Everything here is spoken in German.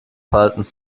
falten